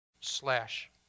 slash